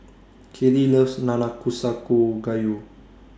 Kailey loves Nanakusa Gayu